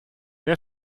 wer